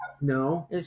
no